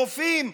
חופים,